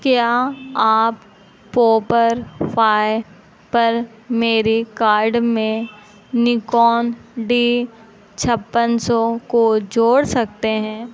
क्या आप पोपर फ़ाय पर मेरे कार्ड में निकॉन डी छप्पन सौ को जोड़ सकते हैं